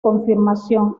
confirmación